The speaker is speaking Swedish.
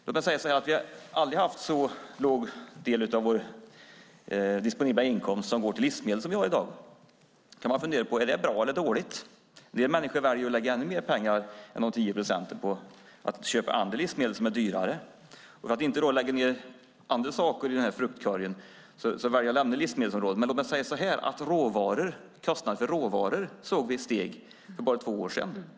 Låt mig säga så här: Vi har aldrig haft så låg andel av vår disponibla inkomst som går till livsmedel som vi har i dag. Då kan man fundera på: Är det bra eller dåligt? En del människor väljer att lägga ännu mer pengar än de tio procenten på att köpa andra livsmedel som är dyrare. För att inte lägga ned andra saker i den här fruktkorgen väljer jag att lämna livsmedelsområdet. Men låt mig säga att vi såg att kostnaden för råvaror steg för bara två år sedan.